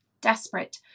desperate